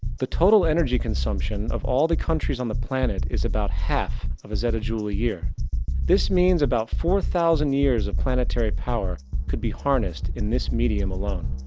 the total energy consumption of all the countries on the planet is about half of a zetajule a year this means about four thousand years of planetary power could be harnessed in this medium alone.